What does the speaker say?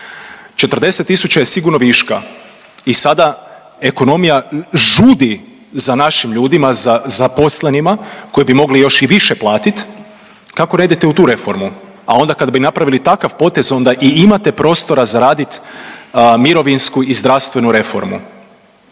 tisuća je sigurno viška i sada ekonomija žudi za našim ljudima zaposlenima, koji bi mogli još i više platiti, kako ne idete u tu reformu? A onda kad bi napravili takav potez, onda i imate prostora za raditi mirovinsku i zdravstvenu reformu.